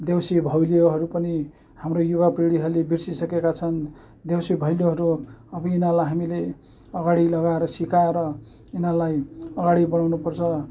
देउसी भैलोहरू पनि हाम्रो युवापिँढीहरूले बिर्सिसकेका छन् देउसी भैलोहरू अब यिनीहरूलाई हामीले अगाडि लगाएर सिकाएर यिनीहरूलाई अगाडि बढाउनु पर्छ